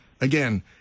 Again